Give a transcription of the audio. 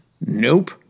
Nope